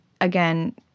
again